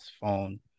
phone